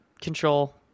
Control